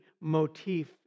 motif